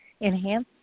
enhance